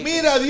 Mira